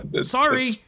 Sorry